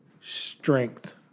strength